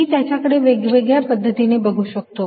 मी याच्याकडे वेगवेगळ्या पद्धतीने बघू शकतो